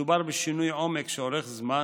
מדובר בשינוי עומק שאורך זמן,